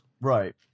Right